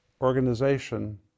organization